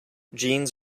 jeans